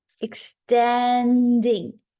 Extending